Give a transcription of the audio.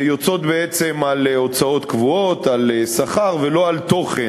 הוא על הוצאות קבועות, על שכר, ולא על תוכן.